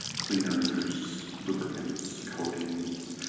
cleaners, lubricants, coatings.